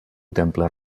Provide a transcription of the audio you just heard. temple